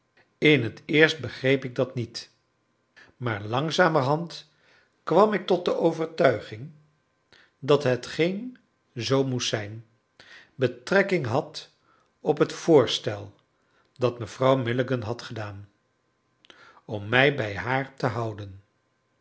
in t eerst begreep ik dat niet maar langzamerhand kwam ik tot de overtuiging dat hetgeen zoo moest zijn betrekking had op het voorstel dat mevrouw milligan had gedaan om mij bij haar te houden